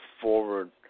forward